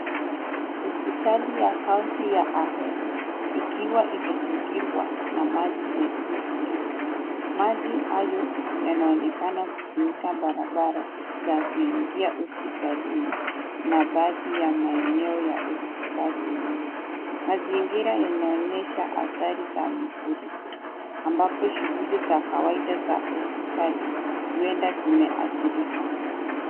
Hospitali ya kaunti ya Ahero ikiwa imezingirwa na maji yaliyofurika. Maji hayo yanaonekana kufunika barabara za kuingia hospitalini na baadhi ya maeneo ya hospitali yenyewe. Mazingira yanaonyesha hatari za mafuriko ambapo shughuli za kawaida za hospitali huenda zimeathirika.